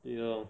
对 loh